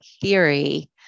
theory